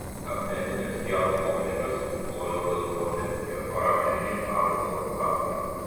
akmenines kiemo plokštes klojo geltoni ir oranžiniai ąžuolo lapai